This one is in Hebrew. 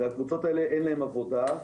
לקבוצות אלה אין עבודה,